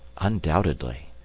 undoubtedly.